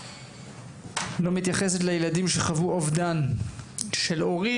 לא מתייחסת לילדים שחוו אובדן של הורים.